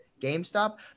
GameStop